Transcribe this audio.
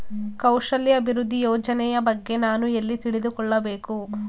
ಕೌಶಲ್ಯ ಅಭಿವೃದ್ಧಿ ಯೋಜನೆಯ ಬಗ್ಗೆ ನಾನು ಎಲ್ಲಿ ತಿಳಿದುಕೊಳ್ಳಬೇಕು?